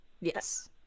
Yes